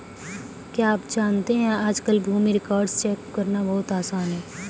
क्या आप जानते है आज कल भूमि रिकार्ड्स चेक करना बहुत आसान है?